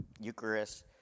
Eucharist